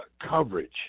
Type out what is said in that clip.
coverage